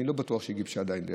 אני עדיין לא בטוח שהיא גיבשה דעה.